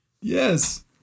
Yes